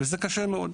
וזה קשה מאוד.